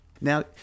Now